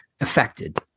affected